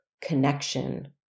connection